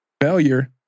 Failure